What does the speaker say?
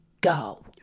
go